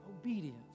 obedience